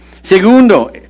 Segundo